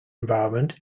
environment